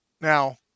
now